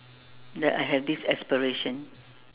that I have this aspiration